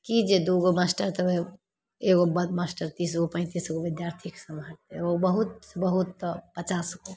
ई जे दुइगो मास्टरसभ हइ एगो बड्ड मास्टर जे हइ से एगो पैँतिसगो विद्यार्थी सम्हारतै ओ बहुत बहुत तऽ पचासगो